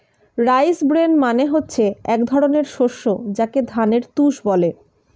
rice bran মানে হচ্ছে এক ধরনের শস্য যাকে ধানের তুষ বলে